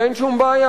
ואין שום בעיה,